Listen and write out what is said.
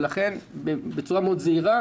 לכן בצורה זהירה מאוד,